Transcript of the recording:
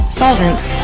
solvents